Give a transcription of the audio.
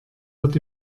wird